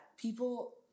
people